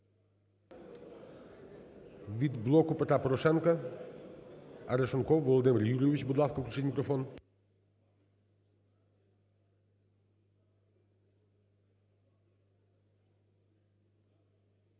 Від "Блоку Петра Порошенка" Арешонков Володимир Юрійович, будь ласка, включіть мікрофон.